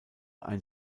ein